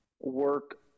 work